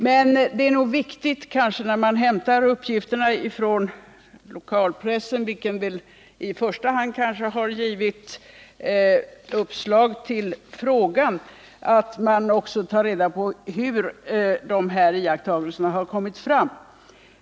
Men det är nog viktigt när man hämtar uppgifter från lokalpressen, vilken i första hand kanske har givit uppslag till frågan, att man också tar reda på hur dessa iakttagelser har kommit fram.